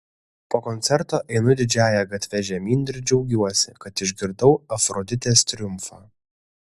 po koncerto einu didžiąja gatve žemyn ir džiaugiuosi kad išgirdau afroditės triumfą